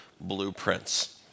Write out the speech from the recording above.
Blueprints